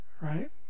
right